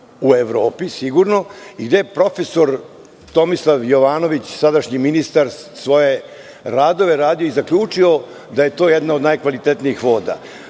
u Evropi, sigurno i gde je profesor Tomislav Jovanović, sadašnji ministar, svoje radove radio i zaključio da je to jedna od najkvalitetnijih voda. Mogu